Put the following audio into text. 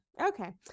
Okay